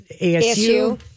ASU